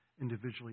individually